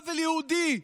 עוול יהודי,